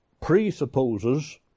presupposes